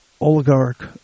oligarch